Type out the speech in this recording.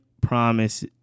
Promise